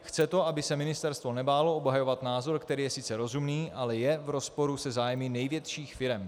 Chce to, aby se ministerstvo nebálo obhajovat názor, který je sice rozumný, ale je rozporu se zájmy největších firem.